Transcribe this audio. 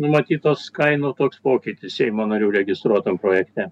numatytos kainos toks pokytis seimo narių registruotam projekte